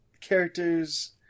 characters